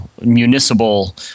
municipal